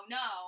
no